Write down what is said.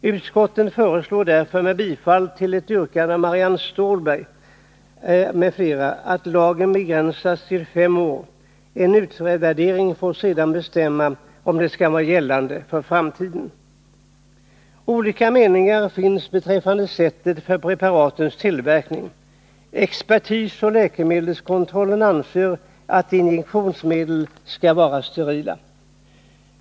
Utskottet föreslår därför, med yrkande om bifall till ett förslag av Marianne Stålberg m.fl., att lagen begränsas till fem år. En utvärdering får sedan bestämma om den skall vara gällande i framtiden. Olika meningar finns beträffande sättet att tillverka preparaten. Expertis och läkemedelskontrollen anser att injiceringsmedel skall vara sterila.